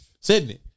Sydney